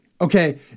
okay